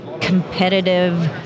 competitive